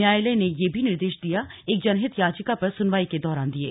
न्यायालय ने ये निर्देश एक जनहित याचिका पर सुनवाई के दौरान दिये